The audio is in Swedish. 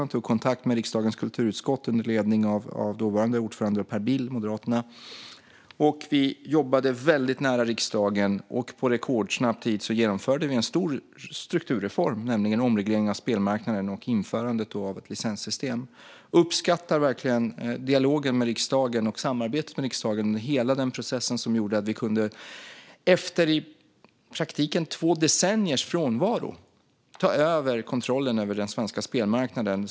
Jag tog kontakt med riksdagens kulturutskott under ledning av dåvarande ordförande Per Bill från Moderaterna. Vi jobbade väldigt nära riksdagen. På rekordsnabb tid genomförde vi en stor strukturreform, nämligen omregleringen av spelmarknaden och införandet av ett licenssystem. Jag uppskattar verkligen dialogen och samarbetet med riksdagen under hela den process som gjorde att vi efter i praktiken två decenniers frånvaro kunde ta över kontrollen över den svenska spelmarknaden.